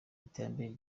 iterambere